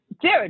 Dude